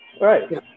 Right